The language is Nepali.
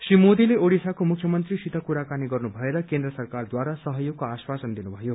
श्री मोदीले ओड़िसाको मुख्यमन्त्रीसित कुराकानी गर्नुभएर केन्द्र सरकारद्वार सहयोगको आश्वासन दिनुभयो